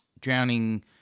drowning